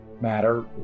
matter